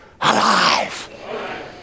alive